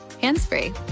hands-free